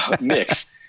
mix